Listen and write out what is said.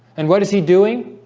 and what is he doing?